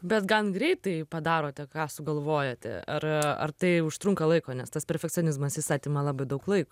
bet gan greitai padarote ką sugalvojate ar ar tai užtrunka laiko nes tas perfekcionizmas jis atima labai daug laik